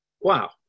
Wow